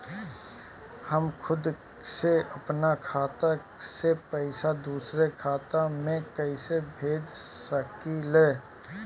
हम खुद से अपना खाता से पइसा दूसरा खाता में कइसे भेज सकी ले?